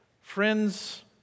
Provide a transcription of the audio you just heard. friends